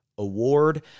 Award